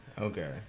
Okay